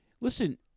listen